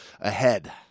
ahead